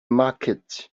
market